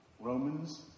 Romans